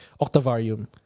Octavarium